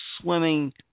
swimming